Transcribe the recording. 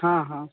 हाँ हाँ